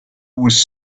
was